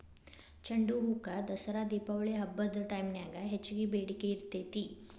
ಚಂಡುಹೂಕ ದಸರಾ ದೇಪಾವಳಿ ಹಬ್ಬದ ಟೈಮ್ನ್ಯಾಗ ಹೆಚ್ಚಗಿ ಬೇಡಿಕಿ ಇರ್ತೇತಿ